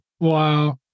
Wow